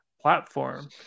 platform